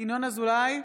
ינון אזולאי,